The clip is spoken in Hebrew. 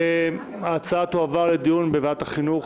ההצעה תועבר לדיון בוועדת החינוך,